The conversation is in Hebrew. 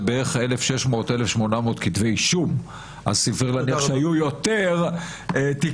זה בערך 1,600,1,800 כתבי אישום אז סביר להניח שהיו יותר תיקים.